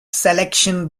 selection